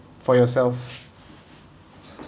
for yourself